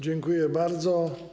Dziękuję bardzo.